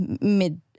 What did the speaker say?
mid